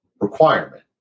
requirement